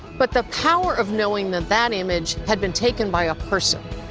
but the power of knowing that that image had been taken by a person,